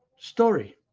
story.